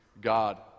God